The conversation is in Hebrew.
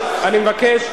אני מבקש,